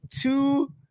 two